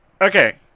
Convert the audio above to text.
Okay